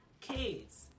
kids